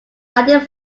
added